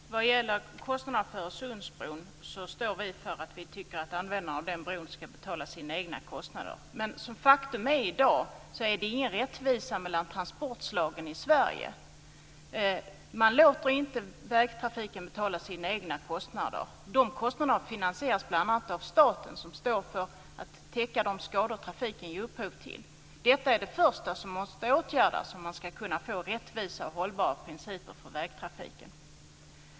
Herr talman! Vad gäller kostnaderna för Öresundsbron står vi för att användandet av den bron ska betala sina egna kostnader. Men det är i dag ingen rättvisa mellan transportslagen i Sverige. Man låter inte vägtrafiken betala sina egna kostnader. Dessa kostnader finansieras bl.a. av staten, som ska täcka de skador trafiken ger upphov till. Detta är det första som måste åtgärdas, om man ska kunna få rättvisa och hållbara principer för vägtrafiken.